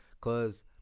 Cause